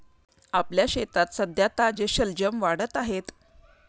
आपल्या शेतात सध्या ताजे शलजम वाढत आहेत